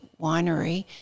winery